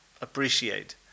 appreciate